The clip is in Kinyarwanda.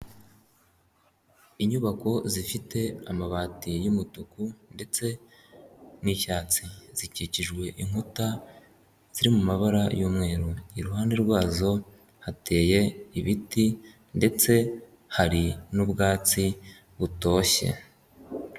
Inyubako zifite amabati y'umutuku ndetse n'icyatsi, zikikijwe inkuta ziri mu mabara y'umweru iruhande rwazo hateye ibiti ndetse hari n'ubwatsi butoshye.